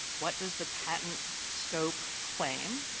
what does the patent scope claim,